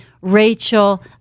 Rachel